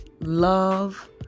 love